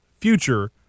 future